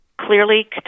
clearly